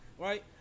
right